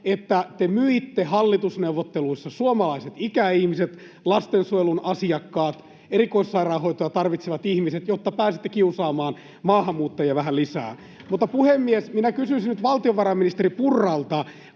että te myitte hallitusneuvotteluissa suomalaiset ikäihmiset, lastensuojelun asiakkaat, erikoissairaanhoitoa tarvitsevat ihmiset, jotta pääsette kiusaamaan maahanmuuttajia vähän lisää. Puhemies! Minä kysyisin nyt valtiovarainministeri Purralta.